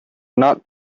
not